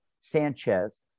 Sanchez